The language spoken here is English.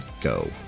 go